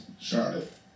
Charlotte